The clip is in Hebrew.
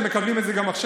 הם מקבלים את זה גם עכשיו.